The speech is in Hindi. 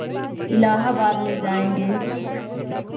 इलाहाबाद ले जाएँगे